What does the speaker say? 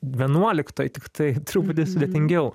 vienuoliktoj tiktai truputį sudėtingiau